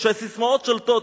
כשהססמאות שולטות,